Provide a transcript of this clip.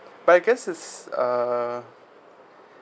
but I guess is uh